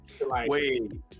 Wait